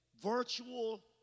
virtual